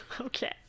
Okay